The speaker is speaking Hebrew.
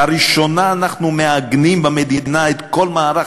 לראשונה אנחנו מעגנים במדינה את כל מערך